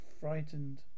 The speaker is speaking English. frightened